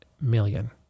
million